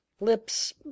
lips